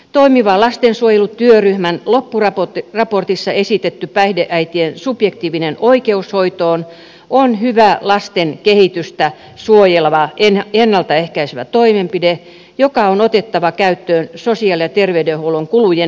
toimiva lastensuojelu työryhmän loppuraportissa esitetty päihdeäitien subjektiivinen oikeus hoitoon on hyvä lapsen kehitystä suojeleva ennalta ehkäisevä toimenpide joka on otettava käyttöön sosiaali ja terveydenhuollon kulujen hillitsemiseksi